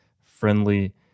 friendly